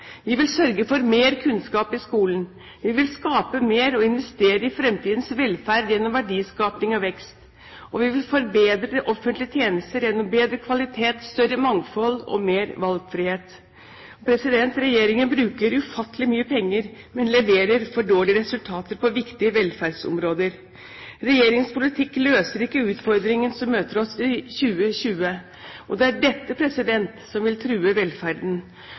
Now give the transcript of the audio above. Vi vil sørge for mer kunnskap i skolen. Vi vil skape mer og investere i fremtidens velferd gjennom verdiskaping og vekst, og vi vil forbedre offentlige tjenester gjennom bedre kvalitet, større mangfold og mer valgfrihet. Regjeringen bruker ufattelig mye penger, men leverer for dårlige resultater på viktige velferdsområder. Regjeringens politikk løser ikke utfordringen som møter oss i 2020. Og det er dette som vil true velferden.